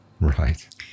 Right